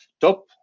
top